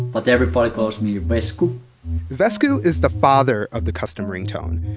but everybody calls me vesku vesku is the father of the custom ringtone,